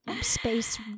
space